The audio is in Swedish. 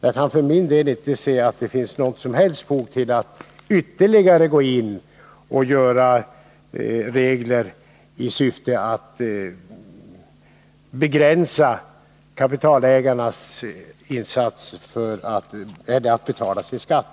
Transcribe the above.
Jag kan inte se att det finns något som helst fog för att gå in och ytterligare begränsa kapitalägarnas insatser för att betala sin skatt.